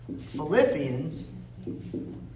Philippians